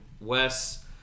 Wes